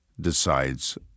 decides